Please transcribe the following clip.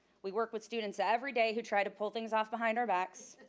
we work with students every day who try to pull things off behind our backs.